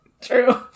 True